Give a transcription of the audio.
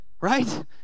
Right